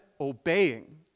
obeying